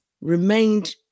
remained